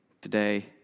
Today